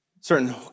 Certain